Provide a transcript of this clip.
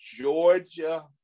Georgia